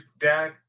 dad